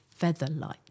Featherlight